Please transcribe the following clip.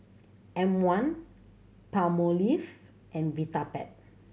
M One Palmolive and Vitapet